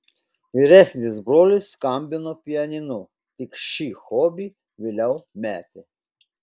vyresnis brolis skambino pianinu tik šį hobį vėliau metė